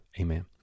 amen